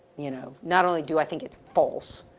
you know, not only do i think it's false,